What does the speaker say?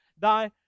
thy